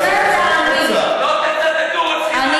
אנחנו לא ניתן לכם.